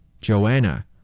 Joanna